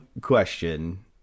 question